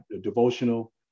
devotional